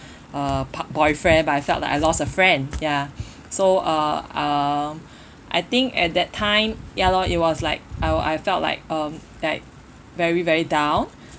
a part~ boyfriend but I felt like I lost a friend ya so uh um I think at that time ya lor it was like I I felt like um like very very down